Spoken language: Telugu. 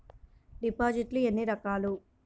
డిపాజిట్లు ఎన్ని రకాలు?